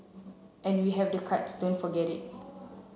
and we have the cards don't forget it